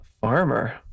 Farmer